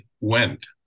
went